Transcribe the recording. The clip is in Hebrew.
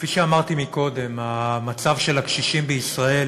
כפי שאמרתי קודם, המצב של הקשישים בישראל